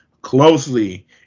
closely